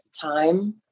time